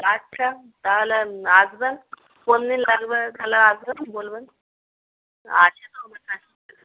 আচ্ছা তাহলে আসবেন কোন দিন লাগবে তালে আসবেন বলবেন আজকে তো আমার